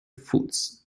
foods